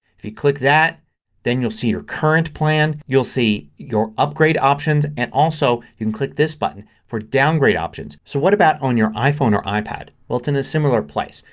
if you click that then you'll see your current plan, you'll see your upgrade options, and also you can click this button for downgrade options. so what about on your iphone or ipad. well, it's in a similar place.